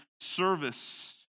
service